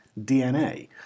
DNA